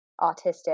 autistic